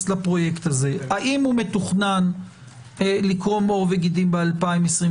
לפרויקט הזה האם הוא מתוכנן לקרום עור וגידים ב-2022?